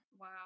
Wow